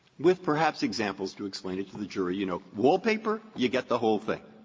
with perhaps examples to explain it to the jury, you know, wallpaper, you get the whole thing.